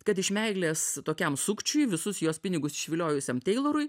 kad iš meilės tokiam sukčiui visus jos pinigus išviliojusiam teilorui